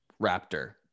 Raptor